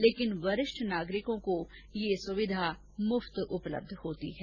लेकिन वरिष्ठ नागरिकों को यह निशुल्क उपलब्ध होती है